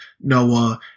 Noah